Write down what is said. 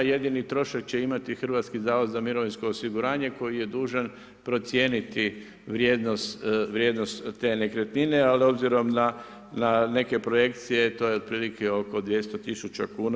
Jedini trošak će imati Hrvatski zavod za mirovinsko osiguranje koji je dužan procijeniti vrijednost te nekretnine, ali obzirom na neke projekcije to je otprilike oko 200 000 kuna.